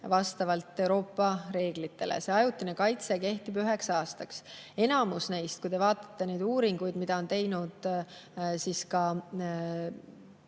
vastavalt Euroopa reeglitele. See ajutine kaitse kehtib üks aasta. Enamik neist – kui te vaatate, siis need uuringuid, mida on teinud ka